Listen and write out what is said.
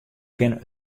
kinne